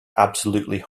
absolutely